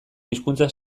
hizkuntza